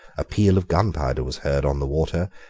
a peal of gunpowder was heard on the water,